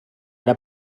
era